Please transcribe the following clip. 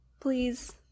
please